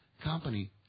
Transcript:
company